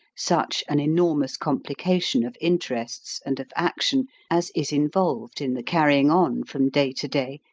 such an enormous complication of interests and of action as is involved in the carrying on, from day to day,